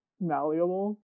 malleable